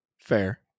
Fair